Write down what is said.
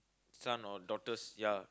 son or daughter's ya